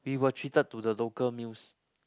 we were treated to the local meals